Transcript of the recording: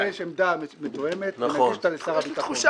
נגבש עמדה מתואמת ונגיש אותה לשר הביטחון.